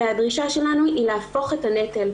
והדרישה שלנו היא להפוך את הנטל,